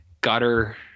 gutter